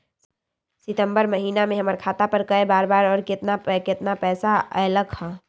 सितम्बर महीना में हमर खाता पर कय बार बार और केतना केतना पैसा अयलक ह?